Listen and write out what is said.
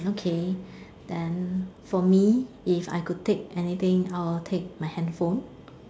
okay then for me if I could take anything I would take my handphone